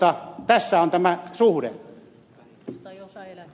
elikkä tässä on tämä suhde